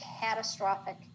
catastrophic